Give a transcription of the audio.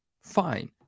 Fine